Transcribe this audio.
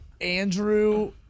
Andrew